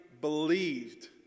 believed